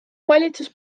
valitsus